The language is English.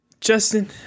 Justin